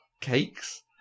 cakes